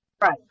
Right